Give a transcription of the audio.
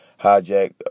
hijack